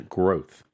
growth